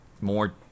more